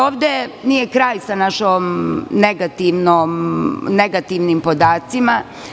Ovde nije kraj sa našim negativnim podacima.